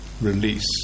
release